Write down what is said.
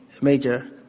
major